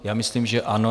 Já myslím, že ano.